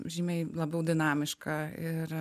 žymiai labiau dinamiška ir